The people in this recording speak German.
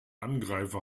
angreifer